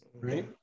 right